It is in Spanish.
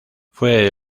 fue